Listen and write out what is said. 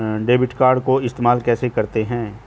Debit card को इस्तेमाल कैसे करते हैं?